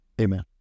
Amen